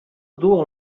duu